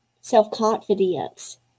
self-confidence